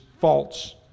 false